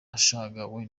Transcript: ashagawe